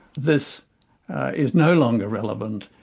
this is no longer relevant,